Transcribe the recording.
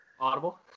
Audible